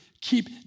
keep